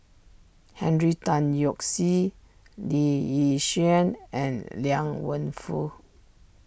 Henry Tan Yoke See Lee Yi Shyan and Liang Wenfu